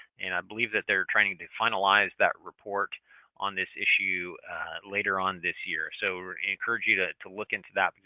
and i believe they're trying to finalize that report on this issue later on this year. so, i encourage you to to look into that.